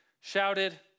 shouted